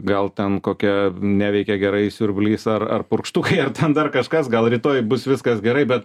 gal ten kokia neveikė gerai siurblys ar ar purkštukai ar dar kažkas gal rytoj bus viskas gerai bet